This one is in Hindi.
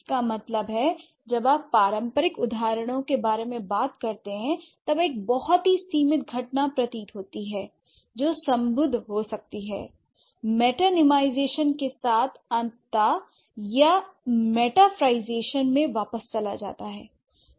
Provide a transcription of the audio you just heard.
इसका मतलब है जब आप पारंपरिक उदाहरणों के बारे में बात करते हैं तब एक बहुत ही सीमित घटना प्रतीत होती है जो सम्बद्ध हो सकती है मेटानीमाईजेशन के साथ अंततः यह मेटाफरlईजेशन में वापस चला जाता है